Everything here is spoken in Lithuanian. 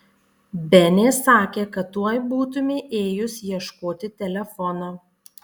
benė sakė kad tuoj būtumei ėjus ieškoti telefono